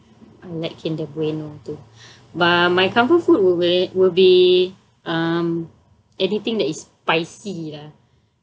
I like kinder bueno too but my comfort food w~ will a~ will be um anything that is spicy lah